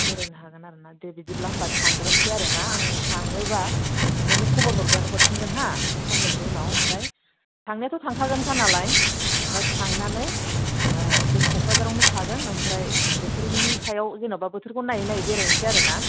बेरायनो हागोन आरो ना दे बिदिब्ला होमब्ला थांग्रोनसै आरोना आं थाङोब्ला नोंनो खबर हरफिनगोन हा साननै से उनाव आमफ्राय थांनायाथ' थांखागोनखा नालाय आमफ्राय थांनानै ओ जों क'क्राझारावनो थागोन अमफ्राय बोथोरनि सायाव जेन'बा बोथोरखौ नायै नायै बेरायनसै आरो ना